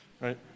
right